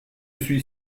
suis